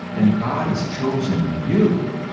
and god has chosen you.